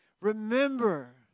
Remember